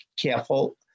careful